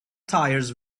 tires